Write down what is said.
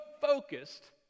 focused